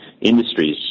industries